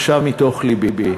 עכשיו מתוך לבי,